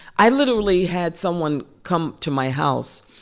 i literally had someone come to my house,